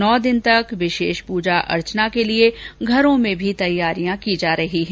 नौ दिन तक विशेष प्रजा अर्चना के लिए घरों में भी तैयारियां की जा रही हैं